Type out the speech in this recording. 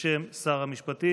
בשם שר המשפטים.